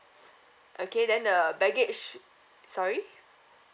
okay then the baggage sorry